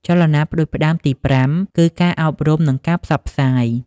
ចលនាផ្តួចផ្តើមទីប្រាំគឺការអប់រំនិងការផ្សព្វផ្សាយ។